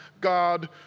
God